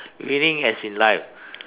winning as in life